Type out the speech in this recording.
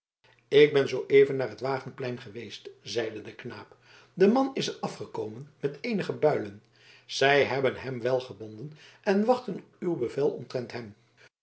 ik ben zooeven naar het wagenplein geweest zeide de knaap de man is er afgekomen met eenige builen zij hebben hem wel gebonden en wachten op uw bevel omtrent